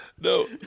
No